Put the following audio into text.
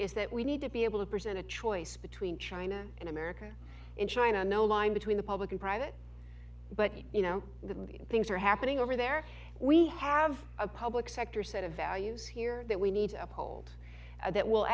is that we need to be able to present a choice between china and america in china no line between the public and private but you know things are happening over there we have a public sector set of values here that we need to uphold and that will